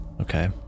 Okay